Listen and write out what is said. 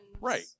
Right